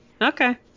Okay